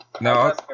No